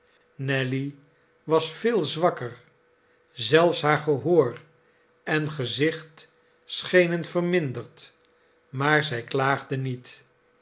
nelly was veel zwakker zelfs haar gehoor en gezicht schenen verminderd maar zij klaagde niet